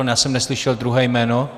Já jsem neslyšel druhé jméno.